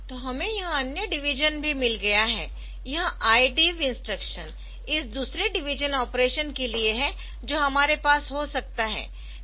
तो हमें यह अन्य डिवीजन भी मिल गया है यह IDIV इंस्ट्रक्शन इस दूसरे डिवीजन ऑपरेशन के लिए है जो हमारे पास हो सकता है